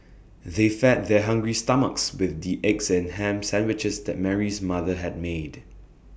they fed their hungry stomachs with the eggs and Ham Sandwiches that Mary's mother had made